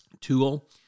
tool